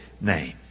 name